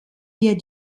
wir